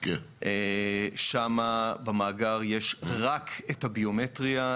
שם במאגר יש רק את הביומטריה,